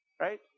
Right